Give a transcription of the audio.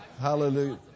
hallelujah